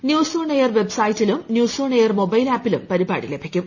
news on air വെബ്സൈറ്റിലും news on air mobile ആപ്പിലും പരിപാടി ലഭിക്കും